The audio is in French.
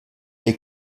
est